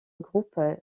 groupes